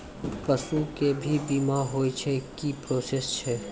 पसु के भी बीमा होय छै, की प्रोसेस छै?